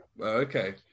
Okay